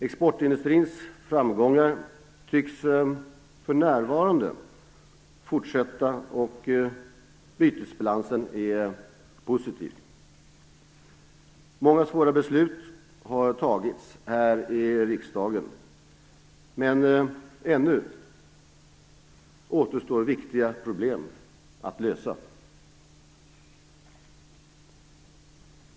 Exportindustrins framgångar tycks för närvarande fortsätta, och bytesbalansen är positiv. Många svåra beslut har tagits här i riksdagen, men ännu återstår viktiga problem att lösa.